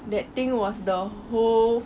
that thing was the whole